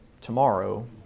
tomorrow